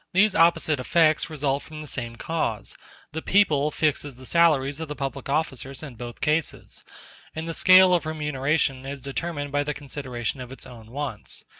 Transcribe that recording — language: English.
these opposite effects result from the same cause the people fixes the salaries of the public officers in both cases and the scale of remuneration is determined by the consideration of its own wants.